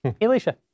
Alicia